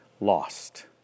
lost